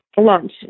lunch